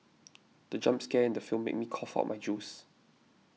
the jump scare in the film made me cough out my juice